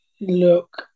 Look